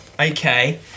okay